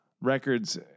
records